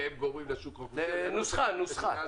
נוסחה.